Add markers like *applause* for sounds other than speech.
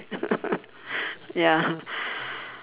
*laughs* ya *breath*